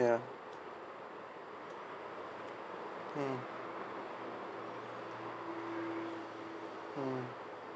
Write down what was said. ya mm mm